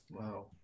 Wow